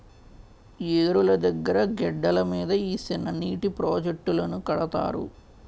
ఏరుల దగ్గిర గెడ్డల మీద ఈ సిన్ననీటి ప్రాజెట్టులను కడతారు